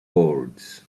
boards